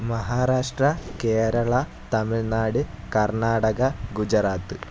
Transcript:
Maharashtra Kerala Tamil Nadu Karnataka Gujarat